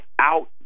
out